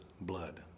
blood